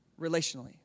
relationally